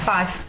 Five